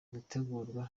gutegurwa